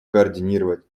координировать